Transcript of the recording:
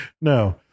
no